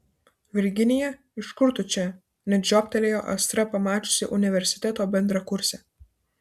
virginija iš kur tu čia net žioptelėjo astra pamačiusi universiteto bendrakursę